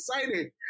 excited